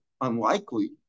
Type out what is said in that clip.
unlikely